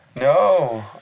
No